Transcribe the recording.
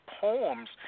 poems